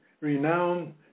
renowned